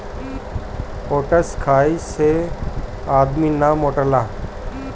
oats खाए से आदमी ना मोटाला